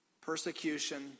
persecution